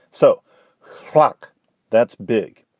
so clock that's big.